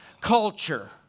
culture